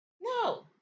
No